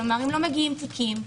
כלומר: אם לא מגיעים תיקים,